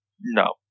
No